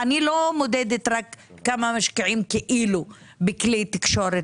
אני לא מודדת רק כמה משקיעים כאילו בכלי תקשורת